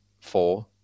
four